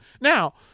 Now